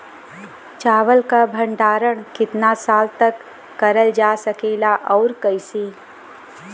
चावल क भण्डारण कितना साल तक करल जा सकेला और कइसे?